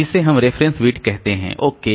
तो जिसे हम रेफरेंस बिट कहते हैं ओके